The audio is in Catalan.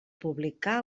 publicar